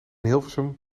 hilversum